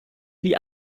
wie